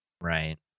Right